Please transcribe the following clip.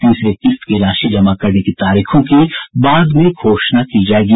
तीसरे किस्त की राशि जमा करने की तारीखों की बाद में घोषणा की जायेगी